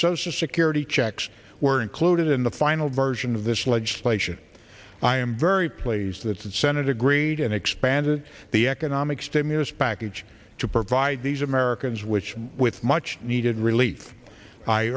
social security checks were included in the final version of this legislation i am very pleased that senate agreed and expanded the economic stimulus package to provide these americans which with much needed relief